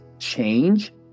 change